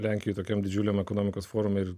lenkijoje tokiam didžiuliam ekonomikos forume ir